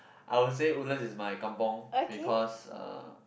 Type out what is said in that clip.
I would say Woodlands is my kampung because uh